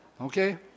okay